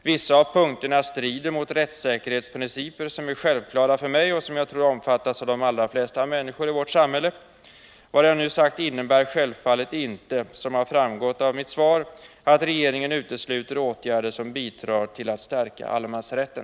Vissa av punkterna strider mot rättssäkerhetsprinciper som är självklara för mig och som jag tror omfattas av de allra flesta människor i vårt samhälle. Vad jag nu har sagt innebär självfallet dock inte, som har framgått av mitt svar tidigare, att regeringen utesluter åtgärder som bidrar till att stärka allemansrätten.